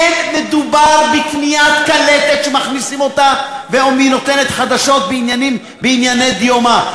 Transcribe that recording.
אין מדובר בקניית קלטת שמכניסים אותה והיא נותנת חדשות בענייני דיומא.